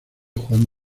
juan